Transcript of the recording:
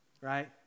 right